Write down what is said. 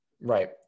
Right